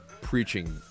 preaching